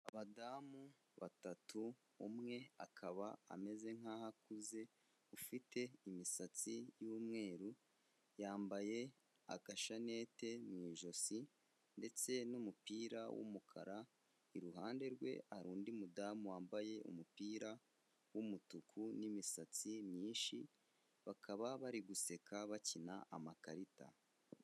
Abadamu batatu, umwe akaba ameze nk'aho akuze ufite imisatsi y'umweru, yambaye agashanete mu ijosi ndetse n'umupira w'umukar, iruhande rwe hari undi mudamu wambaye umupira w'umutuku n'imisatsi myinshi, bakaba bari guseka bakina amakarita.